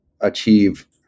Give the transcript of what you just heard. achieve